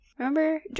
Remember